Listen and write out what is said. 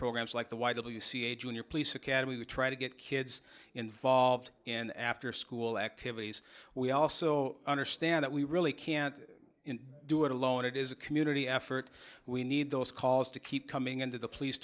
programs like the y w c a junior police academy to try to get kids involved and after school activities we also understand that we really can't do it alone it is a community effort we need those calls to keep coming into the police